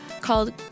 Called